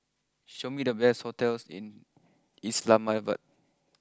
show me the best hotels in Islamabad